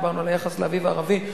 דיברנו על היחס לאביב הערבי,